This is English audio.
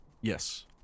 Yes